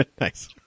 Nice